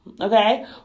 okay